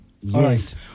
Yes